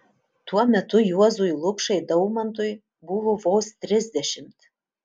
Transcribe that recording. tuo metu juozui lukšai daumantui buvo vos trisdešimt